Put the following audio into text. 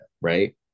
right